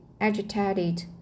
agitated